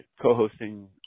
co-hosting